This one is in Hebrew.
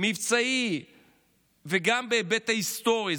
המבצעי וגם בהיבט ההיסטורי.